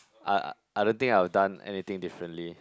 I I don't think I would have done anything differently